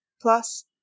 Plus